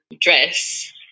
dress